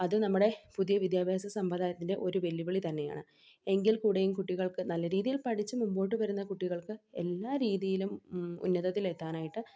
അത് നമ്മുടെ പുതിയ വിദ്യാഭ്യാസ സമ്പ്രദായത്തിൻ്റെ ഒരു വെല്ലുവിളി തന്നെയാണ് എങ്കിൽ കൂടെയും കുട്ടികൾക്ക് നല്ല രീതിയിൽ പഠിച്ച് മുമ്പോട്ട് വരുന്ന കുട്ടികൾക്ക് എല്ലാ രീതിയിലും ഉന്നതത്തിൽ എത്താനായിട്ട്